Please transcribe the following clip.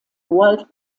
world